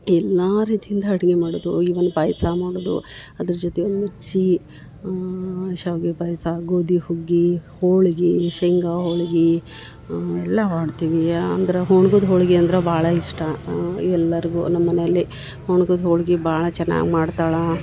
ಎಲ್ಲಾ ರೀತಿಯಿಂದ ಅಡಿಗೆ ಮಾಡೊದು ಈವನ್ ಪಾಯಸ ಮಾಡುದು ಅದರ ಜೊತೆ ಮಿರ್ಚಿ ಶ್ಯಾವ್ಗೆ ಪಾಯಸ ಗೋದಿ ಹುಗ್ಗಿ ಹೋಳಿಗಿ ಶೇಂಗಾ ಹೋಳಿಗಿ ಎಲ್ಲಾ ಮಾಡ್ತೀವಿ ಅಂದ್ರ ಹೂಣ್ಗದ ಹೋಳಿಗಿ ಅಂದ್ರ ಭಾಳ ಇಷ್ಟ ಎಲ್ಲರಿಗು ನಮ್ಮ ಮನೆಯಲ್ಲಿ ಹೂಣ್ಗದ ಹೋಳಿಗಿ ಭಾಳ ಚೆನ್ನಾಗಿ ಮಾಡ್ತಳಾ